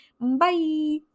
bye